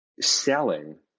selling